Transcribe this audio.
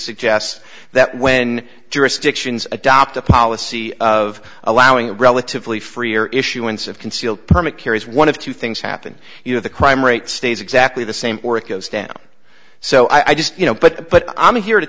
suggests that when jurisdictions adopt a policy of allowing a relatively freer issuance of concealed permit carries one of two things happen you know the crime rate stays exactly the same work goes down so i just you know but but i'm here to